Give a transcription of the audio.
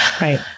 Right